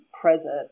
present